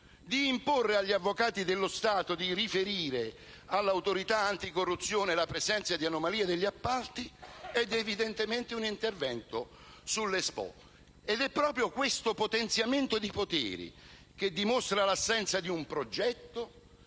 a imporre agli avvocati dello Stato di riferire all'Autorità anticorruzione la presenza di anomalie negli appalti; ed è evidentemente un intervento sull'Expo. Ed è proprio questo potenziamento di poteri che dimostra l'assenza di un progetto